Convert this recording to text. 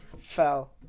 fell